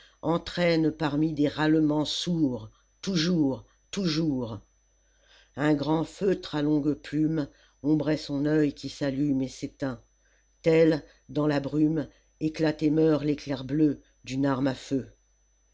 entraîne parmi des râlements sourds toujours toujours un grand feutre à longue plume ombrait son oeil qui s'allume et s'éteint tel dans la brume éclate et meurt l'éclair bleu d'une arme à feu